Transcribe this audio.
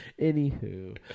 Anywho